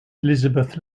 elizabeth